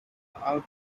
output